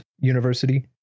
university